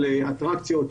בא לאטרקציות,